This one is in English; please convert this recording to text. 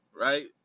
Right